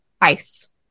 ice